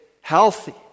healthy